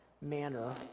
manner